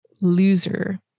loser